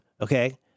Okay